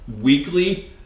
weekly